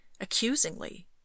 accusingly